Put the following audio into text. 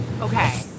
Okay